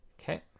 okay